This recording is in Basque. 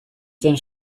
zen